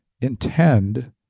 intend